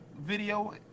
video